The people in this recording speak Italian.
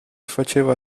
faceva